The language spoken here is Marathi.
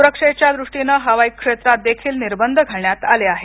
सुरक्षेच्या दृष्टीने हवाई क्षेत्रात देखील निर्बंध घालण्यात आले आहेत